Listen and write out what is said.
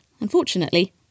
Unfortunately